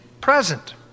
present